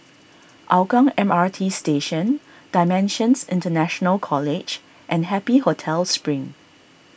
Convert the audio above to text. Hougang M R T Station Dimensions International College and Happy Hotel Spring